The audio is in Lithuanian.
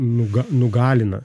nuga nugalina